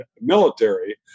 military